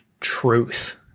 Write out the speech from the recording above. truth